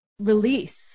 release